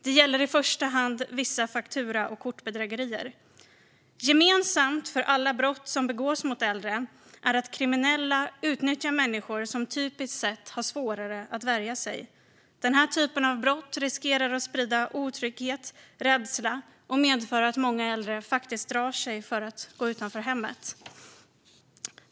Det gäller i första hand vissa faktura och kortbedrägerier. Gemensamt för alla brott som begås mot äldre är att kriminella utnyttjar människor som typiskt sett har svårare att värja sig. Den här typen av brott riskerar att sprida otrygghet och rädsla och att medföra att många äldre faktiskt drar sig för att gå utanför hemmet.